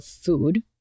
food